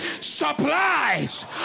supplies